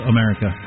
America